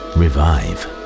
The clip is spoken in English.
Revive